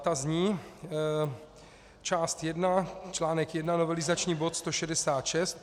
Ta zní: Část jedna článek jedna, novelizační bod 166.